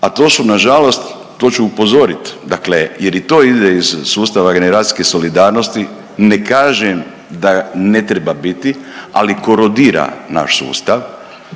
a to su na žalost, to ću upozoriti dakle jer i to ide iz sustava generacijske solidarnosti ne kažem da ne treba biti, ali korodira naš sustav